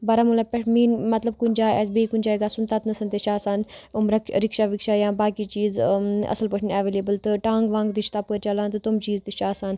بارہمولہ پٮ۪ٹھ مین مطلب کُنہِ جایہِ آسہِ بیٚیہِ کُنہِ جایہِ گژھُن تَتنَس تہِ چھِ آسان یِم رِکشا وِکشا یا باقٕے چیٖز اَصٕل پٲٹھۍ اٮ۪ولیبٕل تہٕ ٹانٛگہٕ وانٛگہٕ تہِ چھِ تَپٲرۍ چَلان تہٕ تم چیٖز تہِ چھِ آسان